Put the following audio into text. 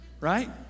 Right